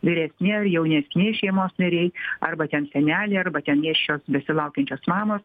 vyresni ar jaunesni šeimos nariai arba ten seneliai arba ten nėščios besilaukiančios mamos